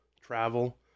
travel